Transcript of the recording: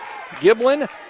Giblin